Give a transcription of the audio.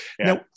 Now